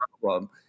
problem